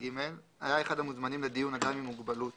היה אחד המוזמנים לדיון אדם עם מוגבלות